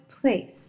place